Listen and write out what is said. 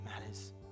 matters